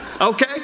Okay